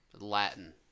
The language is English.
Latin